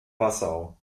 passau